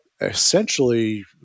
essentially